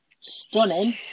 stunning